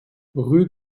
rue